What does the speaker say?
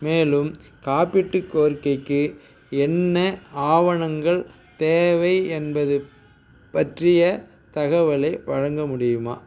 மேலும் காப்பீட்டு கோரிக்கைக்கு என்ன ஆவணங்கள் தேவை என்பதுப் பற்றிய தகவலை வழங்க முடியுமா